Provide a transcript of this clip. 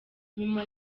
nyuma